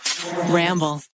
Ramble